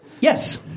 Yes